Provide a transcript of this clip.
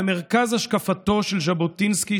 במרכז השקפתו של ז'בוטינסקי,